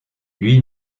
lui